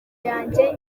yanjye